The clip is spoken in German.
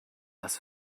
das